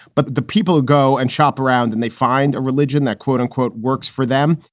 but the people who go and shop around and they find a religion that quote unquote works for them.